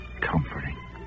comforting